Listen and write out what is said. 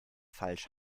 falsch